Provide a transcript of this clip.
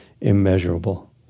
immeasurable